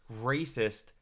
racist